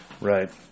Right